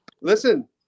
Listen